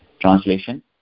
Translation